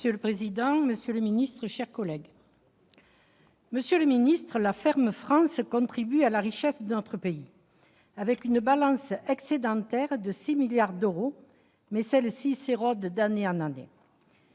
Monsieur le président, monsieur le ministre, mes chers collègues, la Ferme France contribue à la richesse de notre pays, avec une balance excédentaire de 6 milliards d'euros, mais celle-ci s'érode d'année en année.